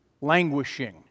languishing